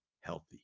healthy